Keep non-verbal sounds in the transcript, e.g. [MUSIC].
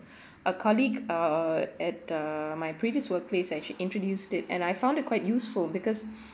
[BREATH] a colleague uh at the my previous workplace actually introduced it and I found it quite useful because